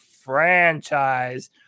franchise